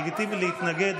לגיטימי להתנגד,